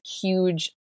huge